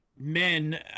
men